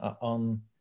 on